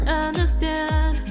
understand